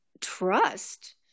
trust